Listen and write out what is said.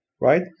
Right